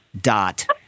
dot